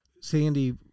Sandy